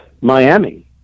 Miami